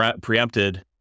preempted